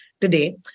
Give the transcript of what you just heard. today